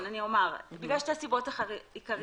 כן, בגלל שתי סיבות עיקריות.